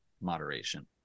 moderation